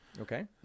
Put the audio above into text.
Okay